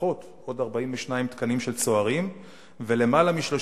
לפחות עוד 42 תקנים של צוערים ולמעלה מ-30